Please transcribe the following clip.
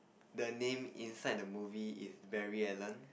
the name inside the movie is Barry-Allen